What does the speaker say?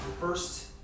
first